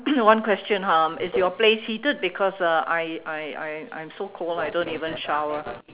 one question um is your place heated because uh I I I I'm so cold I don't even shower